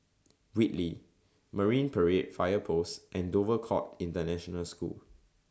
Whitley Marine Parade Fire Post and Dover Court International School